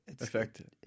Affected